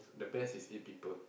the best is eight people